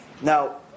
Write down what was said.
Now